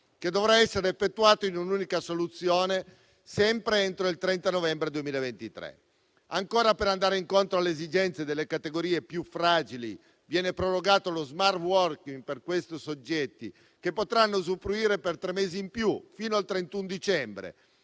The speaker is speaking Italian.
che dovrà essere effettuato in un’unica soluzione, sempre entro il 30 novembre 2023. Sempre per andare incontro alle esigenze delle categorie più fragili, viene prorogato lo smart working per questi soggetti, che potranno usufruirne per tre mesi in più, fino al 31 dicembre